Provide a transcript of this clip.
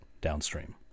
downstream